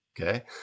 okay